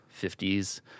50s